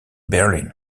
berlin